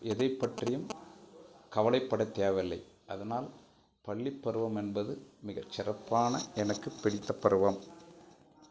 எதைப்பற்றியும் கவலைப்பட தேவையில்லை அதனால் பள்ளிப்பருவம் என்பது மிகச்சிறப்பான எனக்கு பிடித்த பருவம்